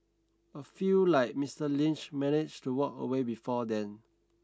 a few like Mister Lynch manage to walk away before then